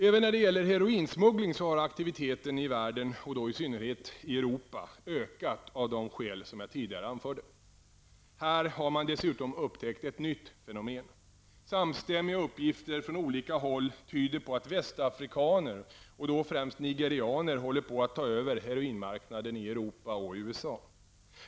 Även när det gäller heroinsmuggling har aktiviteten i världen -- och då i synnerhet Europa -- ökat av de skäl jag tidigare anförde. Här har man dessutom upptäckt ett nytt fenomen. Samstämmiga uppgifter från olika håll tyder på att västafrikaner, och då främst nigerianer, håller på att ta över heroinmarknaden i Europa och USA.